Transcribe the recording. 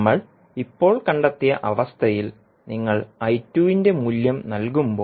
നമ്മൾ ഇപ്പോൾ കണ്ടെത്തിയ അവസ്ഥയിൽ നിങ്ങൾ ന്റെ മൂല്യം നൽകുമ്പോൾ